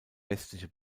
westliche